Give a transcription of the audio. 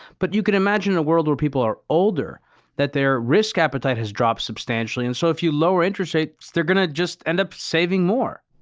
but you can imagine a world where people are older that their risk appetite has dropped substantially. substantially. and so, if you lower interest rates, they're going to just end up saving more.